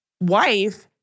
wife